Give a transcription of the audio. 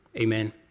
Amen